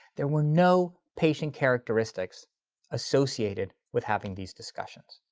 there were no patient characteristics associated with having these discussions.